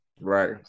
right